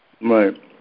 Right